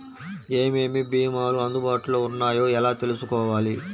ఏమేమి భీమాలు అందుబాటులో వున్నాయో ఎలా తెలుసుకోవాలి?